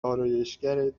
آرایشگرت